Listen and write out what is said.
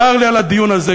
צר לי על הדיון הזה,